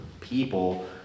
people